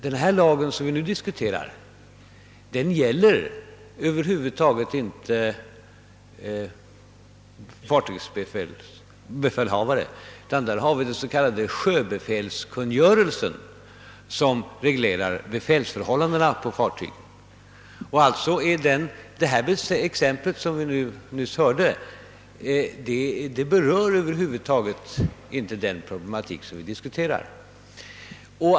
Den sak som vi nu diskuterar gäller emellertid över huvud taget inte fartygsbefälhavare, ty det är den s.k. sjöbefälskungörelsen som reglerar befälsförhållandena på fartyg. Det exempel som vi nyss hörde berörde alltså inte den problematik som nu diskuteras.